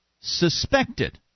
suspected